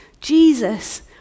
Jesus